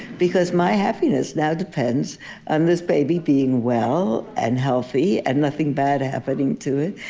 because my happiness now depends on this baby being well and healthy and nothing bad happening to it.